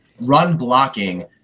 run-blocking